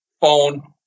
phone